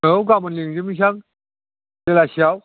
औ गाबोन लिंजोबनोसां बेलासियाव